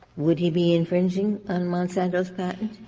would he be infringing on monsanto's but